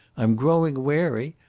i am growing wary.